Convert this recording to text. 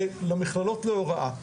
ולמכללות להוראה,